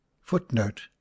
footnote